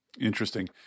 Interesting